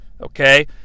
Okay